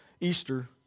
Easter